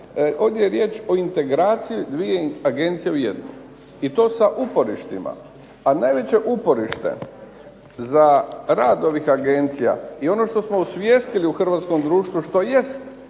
Ovdje je riječ o integraciji 2 agencija u jednu i to sa uporištima. A najveće uporište za rad ovih agencija i ono što smo usvijestili u hrvatskom društvu, što jest